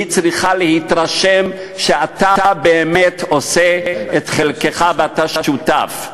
היא צריכה להתרשם שאתה באמת עושה את חלקך ואתה שותף.